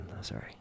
sorry